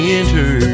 enter